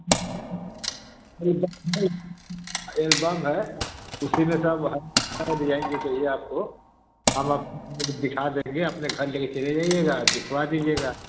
album है उसी में सब डिजाईन जो चाहिए आपको हम आपको दिखा देंगे अपने घर लेकर चले जाईएगा दिखवा दीजिएगा